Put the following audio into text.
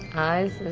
eyes,